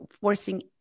forcing